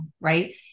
Right